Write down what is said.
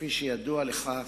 כפי שידוע לך,